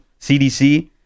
CDC